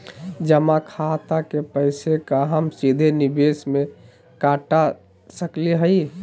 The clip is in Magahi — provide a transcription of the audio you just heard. जमा खाता के पैसा का हम सीधे निवेस में कटा सकली हई?